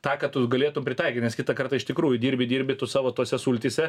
tą ką tu galėtum pritaikyt nes kitą kartą iš tikrųjų dirbi dirbi tu savo tose sultyse